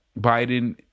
Biden